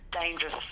dangerous